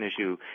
issue